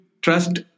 trust